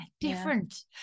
different